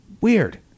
Weird